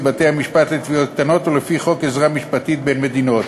בבתי-המשפט לתביעות קטנות ולפי חוק עזרה משפטית בין מדינות,